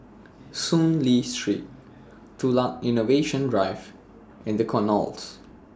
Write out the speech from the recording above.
Soon Lee Street Tukang Innovation Drive and The Knolls